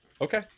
Okay